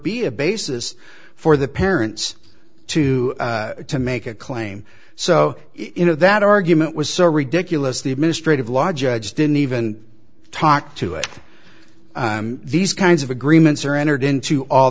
be a basis for the parents to to make a claim so you know that argument was so ridiculous the administrative law judge didn't even talk to it these kinds of agreements are entered into all